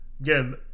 Again